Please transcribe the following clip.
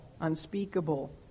unspeakable